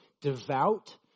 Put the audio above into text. Devout